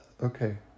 Okay